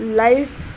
life